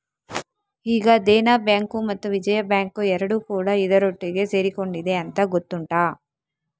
ಈಗ ದೇನಾ ಬ್ಯಾಂಕು ಮತ್ತು ವಿಜಯಾ ಬ್ಯಾಂಕು ಎರಡೂ ಕೂಡಾ ಇದರೊಟ್ಟಿಗೆ ಸೇರಿಕೊಂಡಿದೆ ಅಂತ ಗೊತ್ತುಂಟಾ